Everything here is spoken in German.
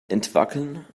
entwackeln